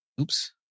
oops